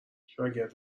شاگرد